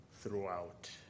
throughout